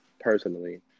personally